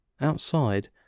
Outside